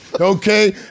Okay